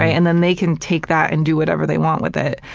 and then they can take that and do whatever they want with it.